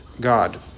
God